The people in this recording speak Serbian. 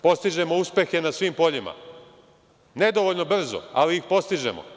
Postižemo uspehe ne svim poljima, nedovoljno brzo ali ih postižemo.